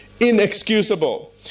inexcusable